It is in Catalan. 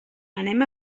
anem